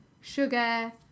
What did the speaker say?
sugar